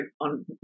on